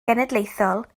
genedlaethol